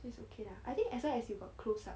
so it's ok lah I think as long as you got close up